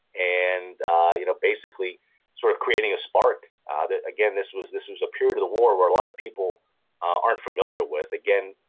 and ah you know basically sort of creating a spark ah that, again, this was this was a period of the war where a lot of people aren't familiar with. again,